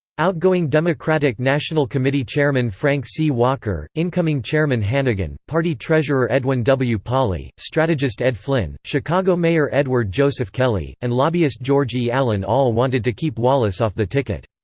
outgoing democratic national committee chairman frank c. walker, incoming chairman hannegan, party treasurer edwin w. pauley, strategist ed flynn, chicago mayor edward joseph kelly, and lobbyist george e. allen all wanted to keep wallace off the ticket.